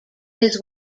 his